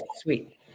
sweet